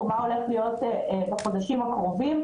מה הולך להיות בחודשים הקרובים.